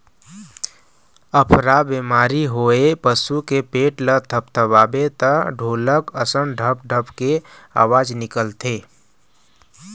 अफरा बेमारी होए पसू के पेट ल थपथपाबे त ढोलक असन ढप ढप के अवाज निकलथे